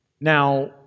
Now